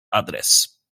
adres